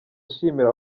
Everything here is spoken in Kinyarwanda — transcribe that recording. ashimira